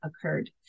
occurred